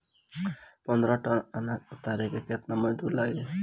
पन्द्रह टन अनाज उतारे ला केतना मजदूर लागी?